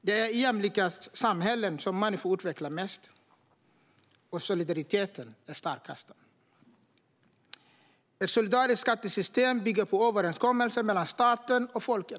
Det är i jämlika samhällen som människor utvecklas mest och solidariteten är starkast. Ett solidariskt skattesystem bygger på överenskommelser mellan staten och folket.